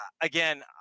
again